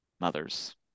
mother's